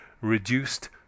reduced